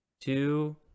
two